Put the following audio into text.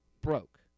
broke